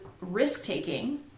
risk-taking